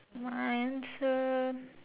my answer